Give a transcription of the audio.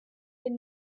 than